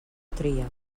tria